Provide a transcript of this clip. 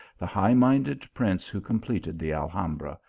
the high-minded prince who completed the alhambra,